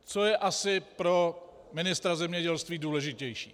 Co je asi pro ministra zemědělství důležitější?